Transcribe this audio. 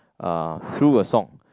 uh through a song